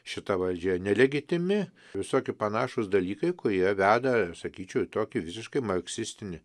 šita valdžia nelegitimi visoki panašūs dalykai kurie veda sakyčiau į tokį visiškai marksistinį